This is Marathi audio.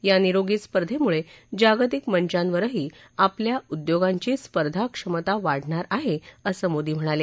या निरोगी स्पर्धेमुळे जागतिक मंचांवरही आपल्या उद्योगांची स्पर्धाक्षमता वाढणार आहे असं मोदी म्हणाले